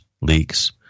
leaks